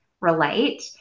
relate